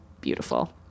beautiful